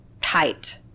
tight